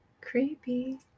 Creepy